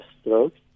strokes